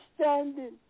standing